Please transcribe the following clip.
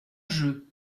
jeu